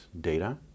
data